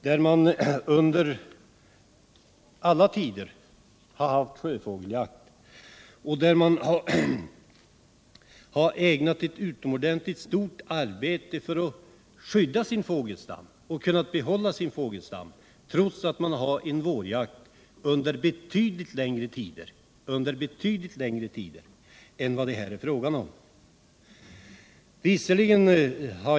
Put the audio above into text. Där har man i alla tider haft sjöfågeljakt och lagt ned ett utomordentligt stort arbete på att skydda sin fågelstam. Där har man kunnat behålla sin fågelstam, trots att man har en vårjakt under betydligt längre tid än det här är fråga om.